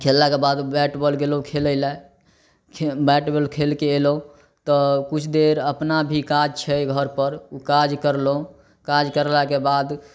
खेललाके बाद bat ball गेलहुॅं खेलै लए बैट बाँल खेलके अयलहुॅं तऽ किछु देर अपना भी काज छै घर पर ओ काज कयलहुॅं काज कयलाके बाद